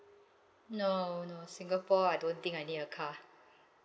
no no singapore I don't think I need a car